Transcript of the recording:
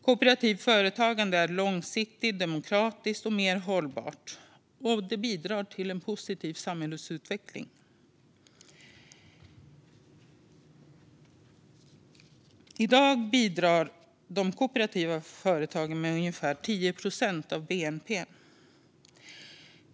Kooperativt företagande är långsiktigt, demokratiskt och hållbart och bidrar till en positiv samhällsutveckling. I dag bidrar de kooperativa företagen med ungefär 10 procent av bnp.